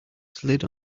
slid